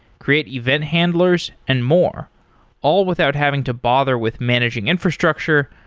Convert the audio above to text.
create event handlers and more all without having to bother with managing infrastructure,